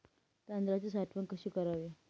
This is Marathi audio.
तांदळाची साठवण कशी करावी?